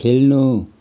खेल्नु